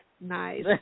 Nice